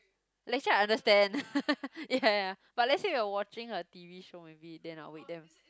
lecture I understand ya ya but let's say we are watching a t_v show maybe then I will wake them